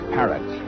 Parrot